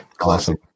Awesome